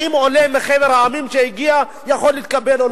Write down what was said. האם עולה מחבר העמים שהגיע יכול להתקבל או לא?